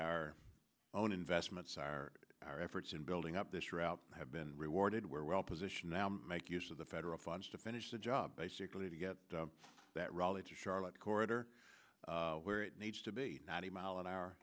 our own investments are our efforts in building up this route have been rewarded we're well positioned now to make use of the federal funds to finish the job basically to get that rally to charlotte corridor where it needs to be ninety mile an hour